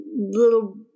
little